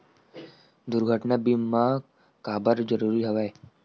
दुर्घटना बीमा काबर जरूरी हवय?